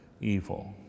Evil